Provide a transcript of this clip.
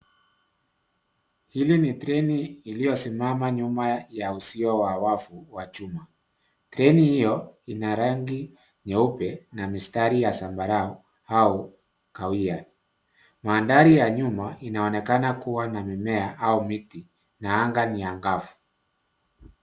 Hili ni treni iliyosimama nyuma ya uzio wa wavu wa chuma. Treni hio ina rangi nyeupe na mistari ya zambarau au kahawia. Mandhari ya nyuma inaonekana kuwa na mimea na anga ni angavu.